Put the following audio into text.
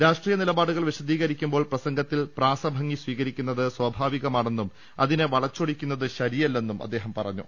രാഷ്ട്രീയ നിലപാടുകൾ വിശദീകരി ക്കുമ്പോൾ പ്രസംഗത്തിൽ പ്രാസഭംഗി സ്വീകരിക്കുന്നത് സ്വാഭാവികമാണെന്നും അതിനെ വളച്ചൊടിക്കുന്നത് ശരിയല്ലെന്നും അദ്ദേഹം പറഞ്ഞു